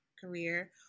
career